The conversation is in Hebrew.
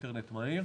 באינטרנט מהיר.